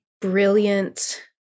brilliant